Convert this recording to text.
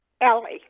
Ellie